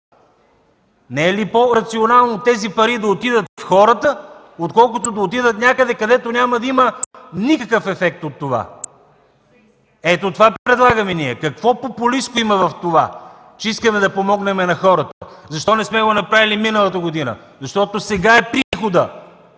Не е ли по-рационално тези пари да отидат в хората, отколкото някъде, където няма да има никакъв ефект от това? Ето, това предлагаме ние. Какво популистко има в това, че искаме да помогнем на хората? Защо не сме го направили миналата година? Защото сега е приходът